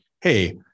Hey